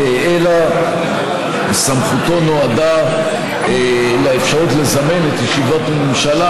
אלא סמכותו נועדה לאפשרות לזמן את ישיבות הממשלה,